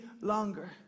longer